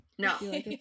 no